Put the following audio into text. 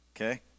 Okay